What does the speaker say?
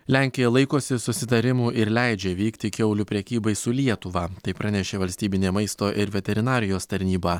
lenkija laikosi susitarimų ir leidžia vykti kiaulių prekybai su lietuva tai pranešė valstybinė maisto ir veterinarijos tarnyba